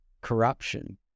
corruption